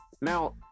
now